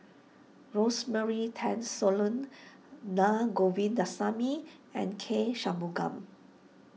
Rosemary Tessensohn Na Govindasamy and K Shanmugam